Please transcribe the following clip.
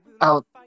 out